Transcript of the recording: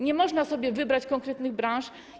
Nie można sobie wybrać konkretnych branż.